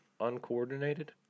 uncoordinated